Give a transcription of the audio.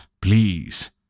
Please